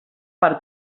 per